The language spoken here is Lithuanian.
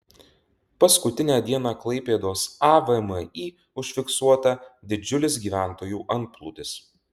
paskutinę dieną klaipėdos avmi užfiksuota didžiulis gyventojų antplūdis